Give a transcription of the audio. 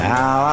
Now